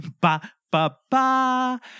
Ba-ba-ba